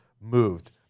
moved